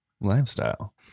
lifestyle